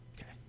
Okay